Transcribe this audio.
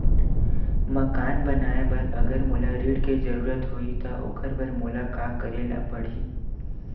मकान बनाये बर अगर मोला ऋण के जरूरत होही त ओखर बर मोला का करे ल पड़हि?